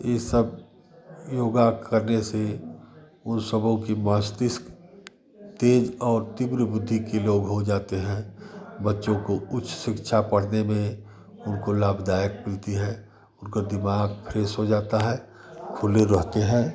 यह सब योगा करने से उन सबों के मस्तिस्क तेज और तीव्र बुद्धि के लोग हो जाते हैं बच्चों काे उच्च शिक्षा पढ़ने में उनको लाभदायक मिलती है उनका दिमाग फ्रेश हो जाता है खुले रहते हैं